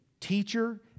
Teacher